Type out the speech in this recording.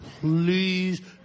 please